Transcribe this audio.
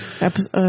episode